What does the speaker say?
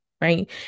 right